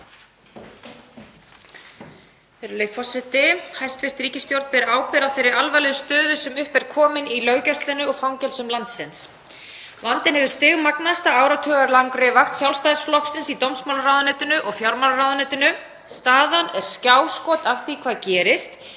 Virðulegi forseti. Hæstv. ríkisstjórn ber ábyrgð á þeirri alvarlegu stöðu sem upp er komin í löggæslunni og fangelsum landsins. Vandinn hefur stigmagnast á áratugalangri vakt Sjálfstæðisflokksins í dómsmálaráðuneytinu og fjármálaráðuneytinu. Staðan er skjáskot af því hvað gerist